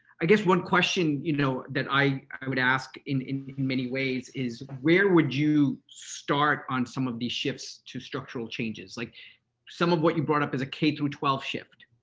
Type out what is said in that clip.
i guess one question you know that i i would ask in many ways is, where would you start on some of these shifts to structural changes? like some of what you brought up is a k through twelve shift,